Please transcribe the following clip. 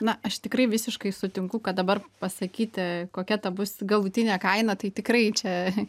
na aš tikrai visiškai sutinku kad dabar pasakyti kokia ta bus galutinė kaina tai tikrai čia